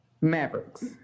mavericks